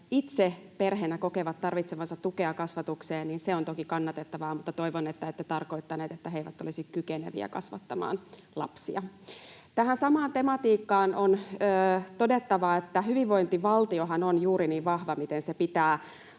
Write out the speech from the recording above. itse perheenä kokevat tarvitsevansa tukea kasvatukseen, niin se on toki kannatettavaa, mutta toivon, että ette tarkoittanut, että he eivät olisi kykeneviä kasvattamaan lapsia. [Juha Mäenpää pyytää vastauspuheenvuoroa] Tähän samaan tematiikkaan on todettava, että hyvinvointivaltiohan on juuri niin vahva, miten se pitää